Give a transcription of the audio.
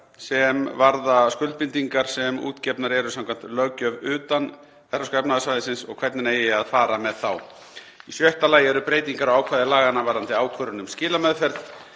sem varða skuldbindingar sem útgefnar eru samkvæmt löggjöf utan Evrópska efnahagssvæðisins og hvernig eigi að fara með þá. Í sjötta lagi eru breytingar á ákvæði laganna varðandi ákvörðun um skilameðferð.